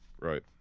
Right